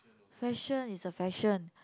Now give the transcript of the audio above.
fashion is a fashion